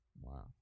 Wow